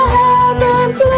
heavens